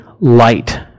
light